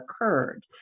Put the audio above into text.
occurred